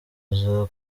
aza